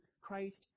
Christ